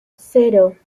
cero